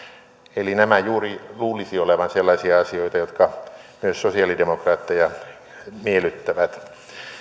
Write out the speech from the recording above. eli näiden juuri luulisi olevan sellaisia asioita jotka myös sosialidemokraatteja miellyttävät